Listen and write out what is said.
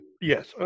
Yes